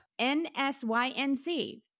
NSYNC